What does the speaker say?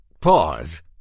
pause